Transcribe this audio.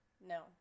no